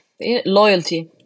loyalty